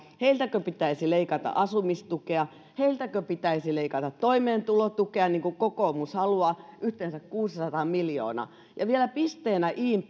heiltäkö pitäisi leikata asumistukea heiltäkö pitäisi leikata toimeentulotukea niin kuin kokoomus haluaa yhteensä kuusisataa miljoonaa ja vielä pisteenä in